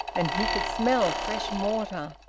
and he could smell fresh mortar.